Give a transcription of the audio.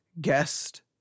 guest